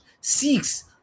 seeks